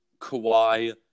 Kawhi